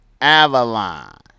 Avalon